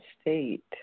State